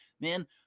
man